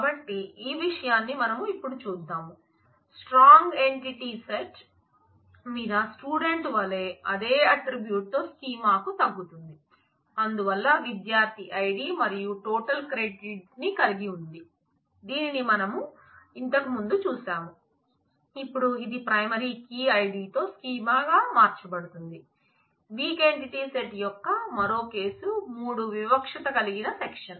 కాబట్టి ఆ విషయాన్ని మనం ఇప్పుడు చూద్దాం